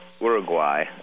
Uruguay